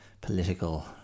political